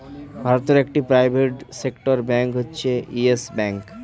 ভারতে একটি private sector bank হচ্ছে ইয়েস ব্যাঙ্ক